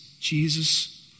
Jesus